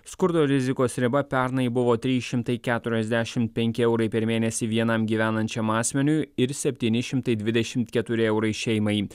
skurdo rizikos riba pernai buvo trys šimtai keturiasdešimt penki eurai per mėnesį vienam gyvenančiam asmeniui ir septyni šimtai dvidešimt keturi eurai šeimai